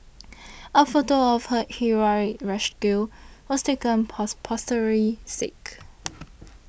a photo of her heroic rescue was taken for posterity's sake